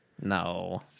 No